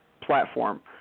platform